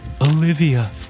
Olivia